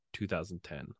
2010